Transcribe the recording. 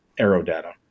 AeroData